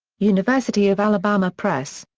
university of alabama press.